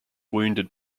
wounded